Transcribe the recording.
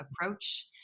approach